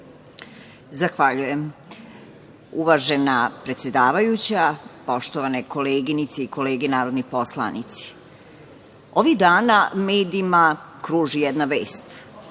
Zahvaljujem. Uvažena predsedavajuća, poštovane koleginice i kolege narodni poslanici, ovih dana u medijima kruži jedna vest,